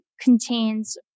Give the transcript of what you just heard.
contains